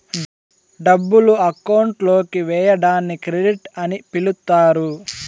డబ్బులు అకౌంట్ లోకి వేయడాన్ని క్రెడిట్ అని పిలుత్తారు